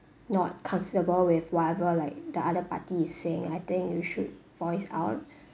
not comfortable with whatever like the other party is saying I think you should voice out